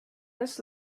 this